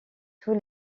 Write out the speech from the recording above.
tous